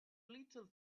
little